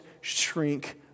shrink